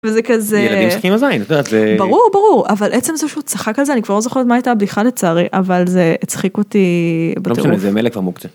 זה כזה ברור אבל עצם זה שהוא צחק על זה אני כבר לא זוכרת על מה הייתה הבדיחה לצערי אבל זה הצחיק אותי.